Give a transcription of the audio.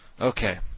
Okay